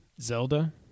Zelda